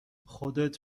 خودت